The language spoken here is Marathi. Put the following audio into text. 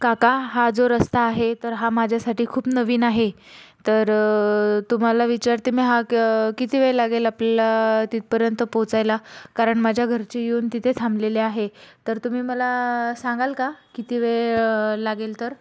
काका हा जो रस्ता आहे तर हा माझ्यासाठी खूप नवीन आहे तर तुम्हाला विचारते मी हा क किती वेळ लागेल आपल्याला तिथपर्यंत पोहोचायला कारण माझ्या घरचे येऊन तिथे थांबलेले आहे तर तुम्ही मला सांगाल का किती वेळ लागेल तर